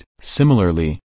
Similarly